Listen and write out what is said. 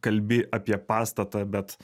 kalbi apie pastatą bet